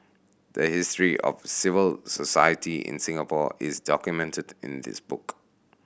the history of civil society in Singapore is documented in this book